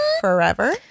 forever